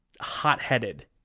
hot-headed